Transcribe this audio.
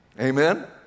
amen